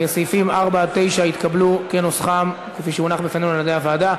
סעיפים 4 9 התקבלו כנוסחם כפי שהונח בפנינו על-ידי הוועדה.